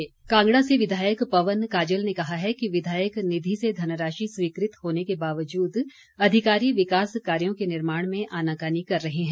पवन काजल कांगड़ा से विधायक पवन काजल ने कहा है कि विधायक निधि से धनराशि स्वीकृत होने के बावजूद अधिकारी विकास कार्यो के निर्माण में आनाकानी कर रहे हैं